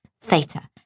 theta